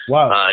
Wow